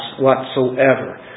whatsoever